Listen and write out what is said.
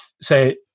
say